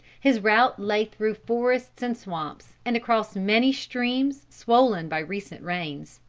his route lay through forests and swamps, and across many streams swollen by recent rains.